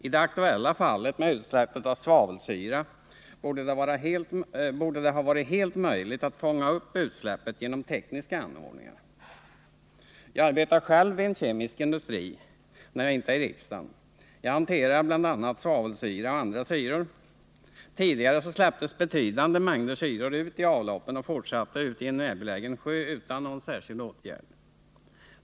I det aktuella fallet, som gäller utsläpp av svavelsyra, torde det ha varit helt möjligt att fånga upp utsläppet med hjälp av tekniska anordningar. Jag arbetar själv vid en kemisk industri, när jag inte är i riksdagen. Vi hanterar bl.a. svavelsyra och andra syror. Tidigare släpptes betydande mängder syror ut i avloppen och fortsatte ut i en närbelägen sjö utan någon särskild åtgärd.